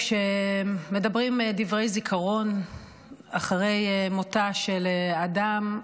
כשמדברים דברי זיכרון אחרי מותה של אדם,